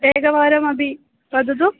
एकवारमपि वदतु